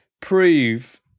prove